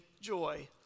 joy